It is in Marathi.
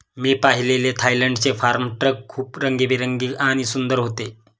मी पाहिलेले थायलंडचे फार्म ट्रक खूप रंगीबेरंगी आणि सुंदर होते